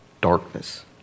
darkness